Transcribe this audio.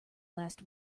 last